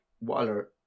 Waller